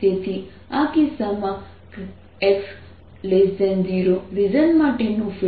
તેથી આ કિસ્સામાં x0 રિજન માટેનું ફિલ્ડ